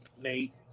Nate